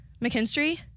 McKinstry